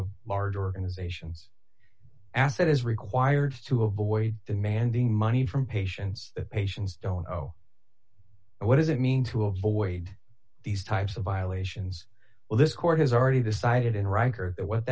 of large organizations asset is required to avoid demanding money from patients that patients don't know what does it mean to avoid these types of violations well this court has already decided in rancor what